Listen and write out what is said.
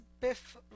Biff